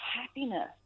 happiness